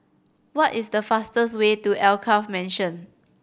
what is the fastest way to Alkaff Mansion